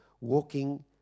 walking